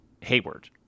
Hayward